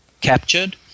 captured